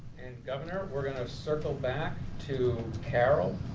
and governor, we're going to circle back to carol